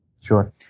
Sure